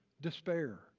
despair